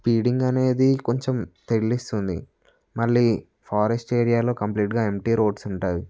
speeding అనేది కొంచెం థ్రిల్లిస్తుంది మళ్ళీ ఫారెస్ట్ ఏరియాలో కంప్లీట్గా ఎంటీ రోడ్స్ ఉంటాయి